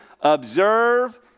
observe